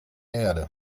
erde